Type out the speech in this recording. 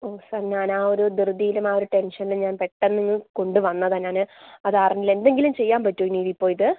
sir ഞാൻ ആ ഒരു ധൃതിയിലും ആ ഒരു ടെൻഷനിലും ഞാൻ പെട്ടെന്ന് ഇങ്ങ് കൊണ്ട് വന്നതാണ് ഞാൻ അത് അറിഞ്ഞില്ല എന്തെങ്കിലും ചെയ്യാൻ പറ്റുമോ ഇനി ഇത് ഇപ്പോൾ ഇത്